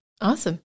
Awesome